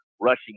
rushing